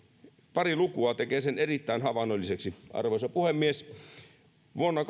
pari lukua tekevät sen erittäin havainnolliseksi arvoisa puhemies vuonna